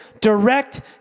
direct